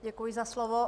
Děkuji za slovo.